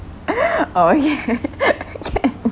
oh okay can